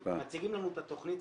מציגים לנו את התכנית,